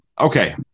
Okay